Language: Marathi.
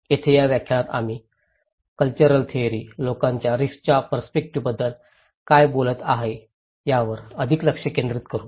येथे या व्याख्यानात आम्ही कॅल्चरल थेअरी लोकांच्या रिस्कच्या पर्स्पेक्टिव्ह बद्दल काय बोलत आहे यावर अधिक लक्ष केंद्रित करू